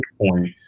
point